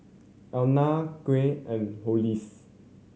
Allena Quint and Hollis